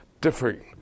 different